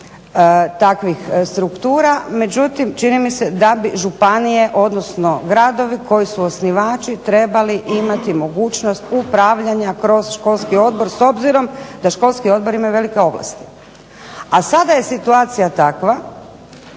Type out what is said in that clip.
takvih struktura, međutim čini mi se da bi županije odnosno gradovi koji su osnivači trebali imati mogućnost upravljanja kroz školski odbora s obzirom da školski odbor ima velike ovlasti. A sada je situacija takva